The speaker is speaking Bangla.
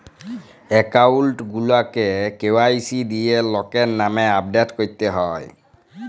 একাউল্ট গুলাকে কে.ওয়াই.সি দিঁয়ে লকের লামে আপডেট ক্যরতে হ্যয়